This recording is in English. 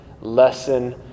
lesson